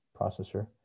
processor